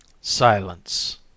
Silence